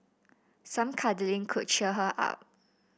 some cuddling could cheer her up